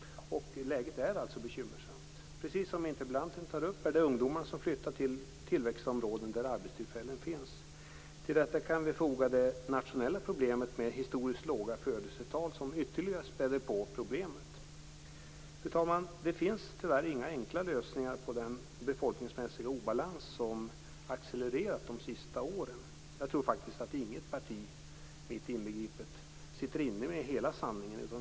Läget är alltså bekymmersamt. Precis som interpellanten tar upp handlar det om att ungdomar flyttar till tillväxtområden där arbetstillfällen finns. Till detta kan vi foga det nationella problemet med historiskt låga födelsetal, som ytterligare späder på problemet. Fru talman! Det finns tyvärr inga enkla lösningar på den befolkningsmässiga obalans som accelererat de sista åren. Jag tror inte att något parti, mitt inbegripet, sitter inne med hela sanningen.